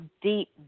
deep